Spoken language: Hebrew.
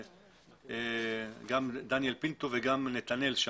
גם דניאל וגם נתנאל.